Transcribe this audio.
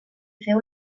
féu